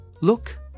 Look